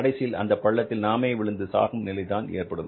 கடைசியில் அந்த பள்ளத்தில் நாமே விழுந்து சாகும் நிலை தான் ஏற்படும்